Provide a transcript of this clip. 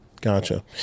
Gotcha